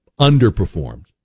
underperformed